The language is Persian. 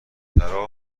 ترا